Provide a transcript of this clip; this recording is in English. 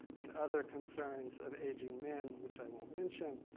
and other concerns of aging men, which i won't mention.